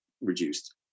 reduced